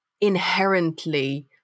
inherently